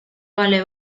vale